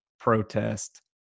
protest